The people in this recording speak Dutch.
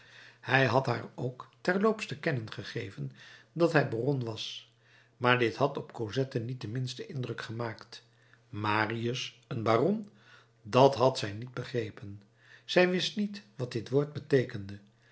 hij had haar ook terloops te kennen gegeven dat hij baron was maar dit had op cosette niet den minsten indruk gemaakt marius een baron dat had zij niet begrepen zij wist niet wat dit woord beteekende